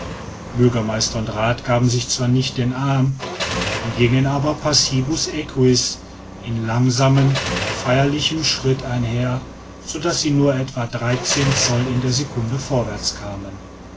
bürgermeister und rath gaben sich zwar nicht den arm gingen aber passibus aequis in langsamem feierlichem schritt einher so daß sie nur etwa dreizehn zoll in der secunde vorwärts kamen